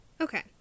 okay